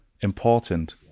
important